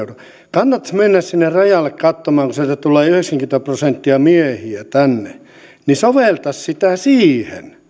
kannattaisi mennä sinne rajalle katsomaan kun sieltä tulee yhdeksänkymmentä prosenttia miehiä tänne ja soveltaa